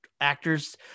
actors